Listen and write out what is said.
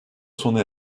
sona